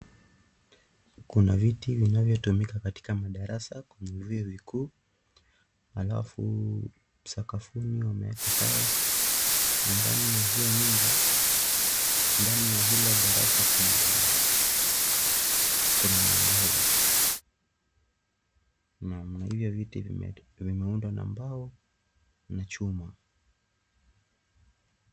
Kuna viti vinavyotumika katika madarasa kwenye vyuo vikuu alafu sakafuni wameeka tiles na ndani ya hio nyumba ndani ya hilo darasa kunamwangaza, naam na hivo viti vimeundwa na mbao na chuma.